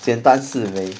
简单是美